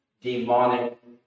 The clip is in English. Demonic